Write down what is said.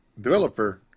Developer